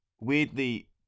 Weirdly